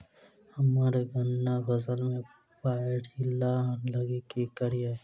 हम्मर गन्ना फसल मे पायरिल्ला लागि की करियै?